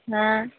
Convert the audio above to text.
ହଁ